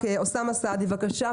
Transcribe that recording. אוסאמה סעדי, בבקשה.